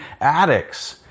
addicts